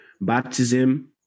baptism